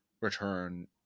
return